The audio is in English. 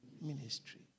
Ministry